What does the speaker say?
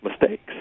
Mistakes